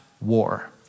war